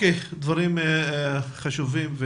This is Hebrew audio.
דברים חשובים.